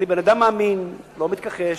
אני בן-אדם מאמין, לא מתכחש,